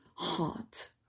Heart